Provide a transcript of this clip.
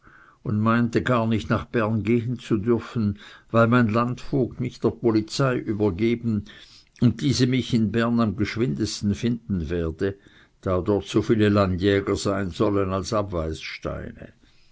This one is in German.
und meinte gar nicht nach bern gehen zu dürfen weil mein landvogt mich der polizei übergeben und diese mich in bern am geschwindesten finden werde da dort so viele landjäger sein sollen als abweissteine